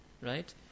right